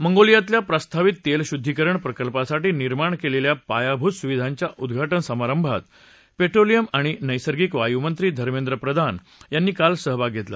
मंगोलियातल्या प्रस्तावित तेलशुद्दीकरण प्रकल्पासाठी निर्माण केलेल्या पायाभूत सुविधांच्या उद्घाटन समारंभात पेट्रोलियम आणि नैसर्गिक वायू मंत्री धमेंद्र प्रधान यांनी काल भाग घेतला